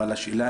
אבל לא